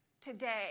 today